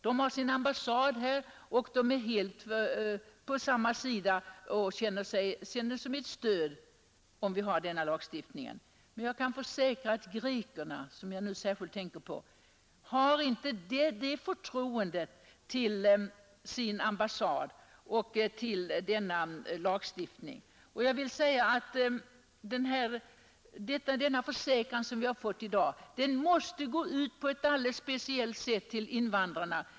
De har sin ambassad här, de tillhör samma sida som den och fattar därför denna lagstiftning som ett stöd. Men jag kan försäkra att grekerna, som jag nu särskilt tänker på, inte känner det förtroendet för sin ambassad och för denna lagstiftning. Den försäkran som vi har fått i dag måste därför på ett alldeles speciellt sätt gå ut till invandrarna.